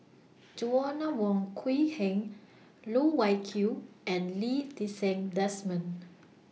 Joanna Wong Quee Heng Loh Wai Kiew and Lee Ti Seng Desmond